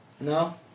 No